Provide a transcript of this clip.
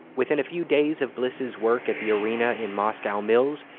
within a few days of bliss's work at the arena in moscow mills,